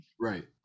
Right